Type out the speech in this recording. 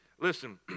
Listen